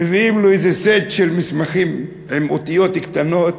מביאים לו איזה סט של מסמכים עם אותיות קטנות.